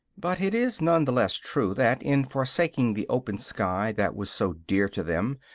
but it is none the less true that, in forsaking the open sky that was so dear to them,